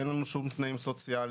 אין לנו שום תנאים סוציאליים,